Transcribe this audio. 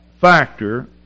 factor